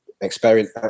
experience